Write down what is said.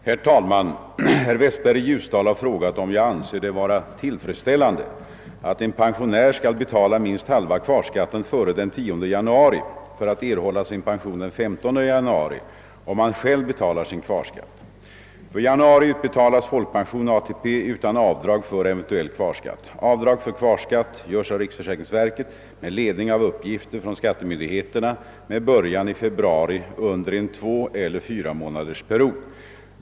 Herr talman! Herr Westberg i Ljus dal har frågat om jag anser det vara tillfredsställande »att en pensionär skall betala minst halva kvarskatten före den 10 januari för att erhålla sin pension den 15 januari, om han själv betalar sin kvarskatt». För januari utbetalas folkpension och ATP utan avdrag för eventuell kvarskatt. Avdrag för kvarskatt görs av riksförsäkringsverket — med ledning av uppgifter från skattemyndigheterna — med början i februari under en tvåeller fyramånadersperiod.